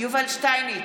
יובל שטייניץ,